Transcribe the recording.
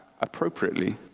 appropriately